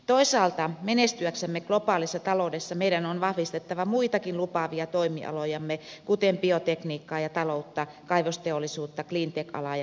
toisaalta menestyäksemme globaalissa taloudessa meidän on vahvistettava muitakin lupaavia toimialojamme kuten biotekniikkaa ja taloutta kaivosteollisuutta cleantech alaa ja matkailuteollisuutta